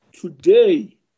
today